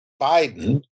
Biden